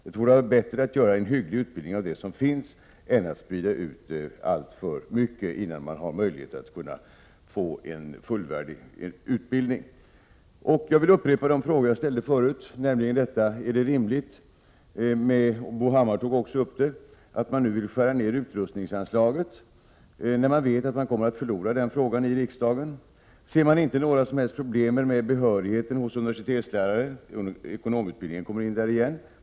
Det torde vara bättre att åstadkomma en hygglig utbildning när det gäller det som finns än att sprida ut alltför mycket, innan man har möjlighet till fullvärdig utbildning. Jag vill upprepa de frågor som jag ställde förut. Är det möjligt — Bo Hammar tog också upp frågan — att nu skära ned utrustningsanslaget, när man vet att man kommer att förlora i riksdagen när det gäller den frågan? Ser man inte några som helst problem beträffande universitetslärares behörighet? Här kommer ekonomutbildningen in på nytt.